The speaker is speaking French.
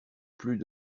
plus